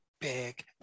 big